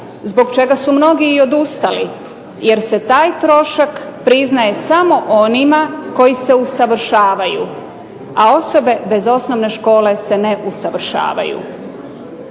zbog čega su mnogi i odustali, jer se taj trošak priznaje samo onima koji se usavršavaju, a osobe bez osnovne škole se ne usavršavaju.